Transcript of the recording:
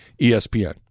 ESPN